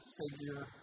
figure